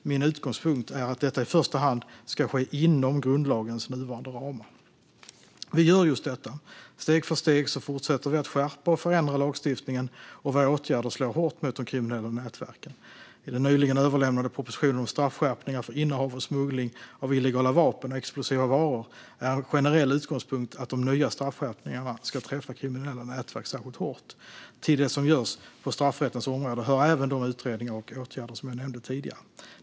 Min utgångspunkt är att detta i första hand ska ske inom grundlagens nuvarande ramar. Vi gör just detta. Steg för steg fortsätter vi att skärpa och förändra lagstiftningen, och våra åtgärder slår hårt mot de kriminella nätverken. I den nyligen överlämnade propositionen om straffskärpningar för innehav och smuggling av illegala vapen och explosiva varor är en generell utgångspunkt att de nya straffskärpningarna ska träffa kriminella nätverk särskilt hårt. Till det som görs på straffrättens område hör även de utredningar och åtgärder som jag nämnde tidigare.